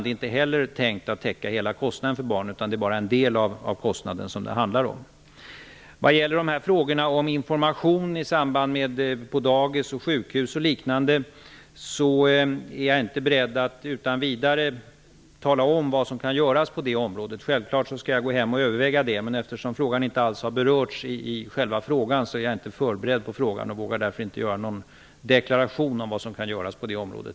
Det är inte heller tänkt att täcka hela kostnaden för barnet, utan det är bara en del av kostnaden som det handlar om. Vad gäller frågan om information på dagis, sjukhus och liknande är jag inte beredd att utan vidare tala om vad som kan göras på det området. Självfallet skall jag gå hem och överväga detta. Men eftersom den frågan inte alls har berörts i den fråga som ställts är jag inte förberedd och vågar därför i dag inte göra någon deklaration om vad som kan göras på det området.